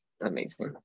amazing